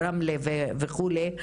רמלה וכולי,